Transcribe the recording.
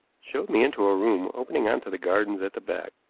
showed me into a room opening on to the gardens at the back.